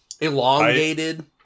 Elongated